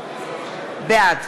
בעד